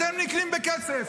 אתם נקנים בכסף.